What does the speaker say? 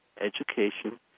education